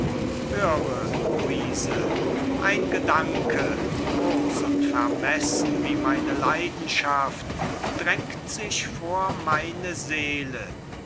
wagen sollte höre luise ein gedanke groß und vermessen wie meine leidenschaft drängt sich vor meine seele du